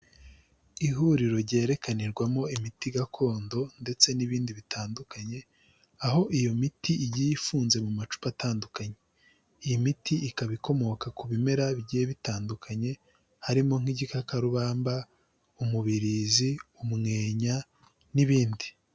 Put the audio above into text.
Ihuriro ryerekanirwamo imiti gakondo ndetse n'ibindi bitandukanye, aho iyo miti igiye ifunze mu macupa atandukanye, iyi miti ikaba ikomoka ku bimera bigiye bitandukanye, harimo nk'igikakarubamba, umubirizi, umwenya n'ibindi.